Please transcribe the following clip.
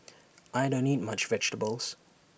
I don't eat much vegetables